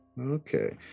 Okay